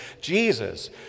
Jesus